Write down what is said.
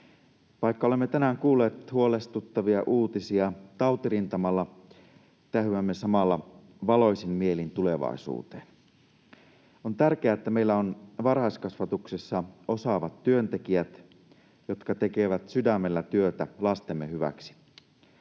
Vaikka olemme tänään kuulleet huolestuttavia uutisia tautirintamalla, tähyämme samalla valoisin mielin tulevaisuuteen. On tärkeää, että meillä on varhaiskasvatuksessa osaavat työntekijät, jotka tekevät sydämellä työtä lastemme hyväksi.